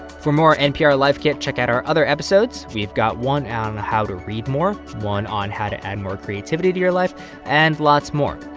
for more npr life kit, check out our other episodes. we've got one on how to read more, one on how to add more creativity to your life and lots more.